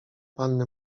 panny